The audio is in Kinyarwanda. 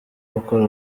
gukora